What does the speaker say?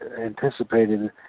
anticipated